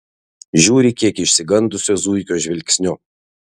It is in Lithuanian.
žiūri kiek išsigandusio zuikio žvilgsniu